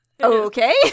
Okay